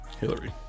Hillary